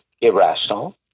irrational